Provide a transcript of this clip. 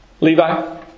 Levi